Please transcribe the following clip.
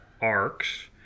arcs